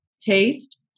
taste